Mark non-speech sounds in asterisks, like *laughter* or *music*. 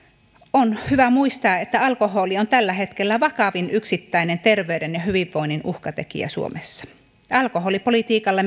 on hyvä muistaa että alkoholi on tällä hetkellä vakavin yksittäinen terveyden ja hyvinvoinnin uhkatekijä suomessa alkoholipolitiikalla *unintelligible*